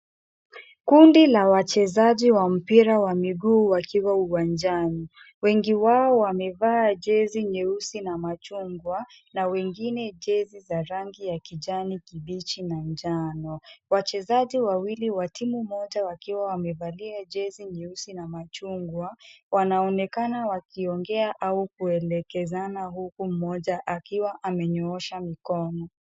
Kundi la wachezaji wa mpira wa miguu wakiwa uwanjani. Wengi wao wamevaa jezi nyeusi na machungwa na wengine jezi za rangi ya kijani kibichi na njano. Wachezaji wawili wa timu moja wakiwa wamevalia jezi nyeusi na machungwa, wanaonekana wakiongea au kuelekezana huku mmoja akiwa amenyoosha mikono.